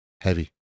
heavy